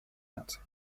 наций